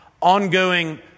ongoing